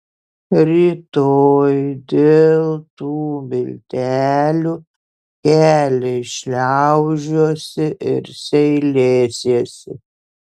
rytoj dėl tų miltelių keliais šliaužiosi ir seilėsiesi